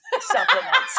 supplements